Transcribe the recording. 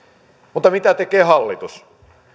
mutta mitä tekee hallitus